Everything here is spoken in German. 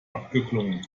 abgeklungen